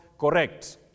correct